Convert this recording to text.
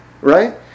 right